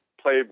play